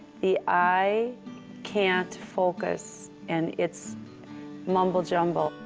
the eye can't focus and it's mumble jumble.